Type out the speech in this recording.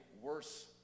worse